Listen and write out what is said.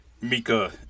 mika